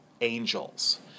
angels